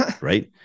Right